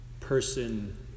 person